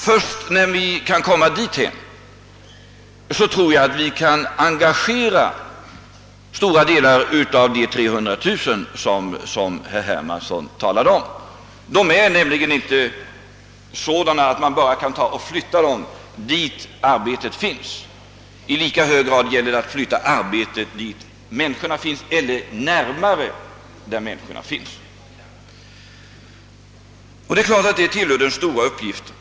Först när vi kommit dihän tror jag att vi kan engagera stora delar av de 300 000, som herr Hermansson talade om. Man kan nämligen inte bara flytta dem dit där arbetstillfällen finns. I lika hög grad gäller det att flytta arbetet närmare de platser där människorna finns. Det tillhör givetvis den stora uppgiften.